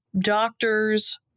doctors